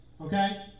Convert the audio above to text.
okay